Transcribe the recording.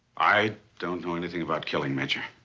i don't know anything about killing, major.